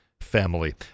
family